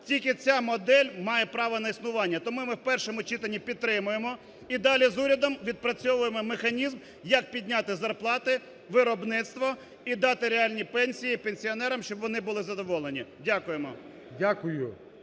Тільки ця модель має право на існування. Тому ми в першому читанні підтримуємо і далі з урядом відпрацьовуємо механізм, як підняти зарплати, виробництво і дати реальні пенсії пенсіонерам, щоб вони були задоволені. Дякуємо.